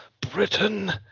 Britain